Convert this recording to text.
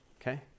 Okay